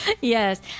Yes